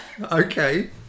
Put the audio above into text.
Okay